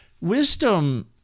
Wisdom